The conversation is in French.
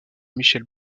michele